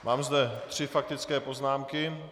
Mám zde tři faktické poznámky.